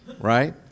right